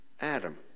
Adam